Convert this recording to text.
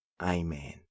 Amen